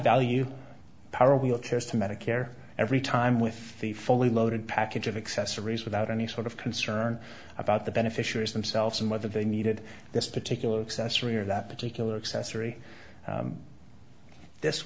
value power wheelchairs to medicare every time with the fully loaded package of accessories without any sort of concern about the beneficiaries themselves and whether they needed this particular accessory or that particular accessory this